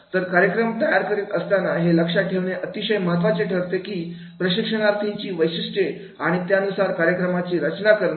तर कार्यक्रम तयार करत असताना हे लक्षात ठेवणं अतिशय महत्त्वाचं ठरतं की प्रशिक्षणार्थींची वैशिष्ट्ये आणि त्यानुसार कार्यक्रमाची रचना करणे